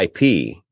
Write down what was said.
IP